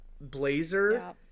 blazer